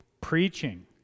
preaching